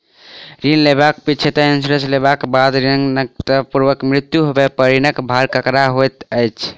ऋण लेबाक पिछैती इन्सुरेंस लेबाक बाद ऋणकर्ताक मृत्यु होबय पर ऋणक भार ककरा पर होइत?